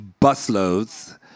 busloads